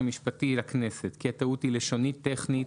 המשפטי לכנסת כי הטעות היא לשונית טכנית,